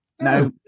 No